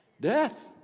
Death